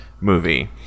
movie